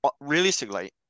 realistically